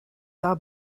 saw